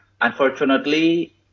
unfortunately